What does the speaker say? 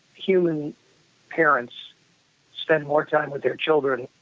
human parents spend more time with their children,